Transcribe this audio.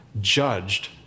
judged